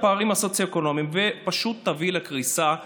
הפערים הסוציו-אקונומיים ופשוט תביא לקריסה חמורה.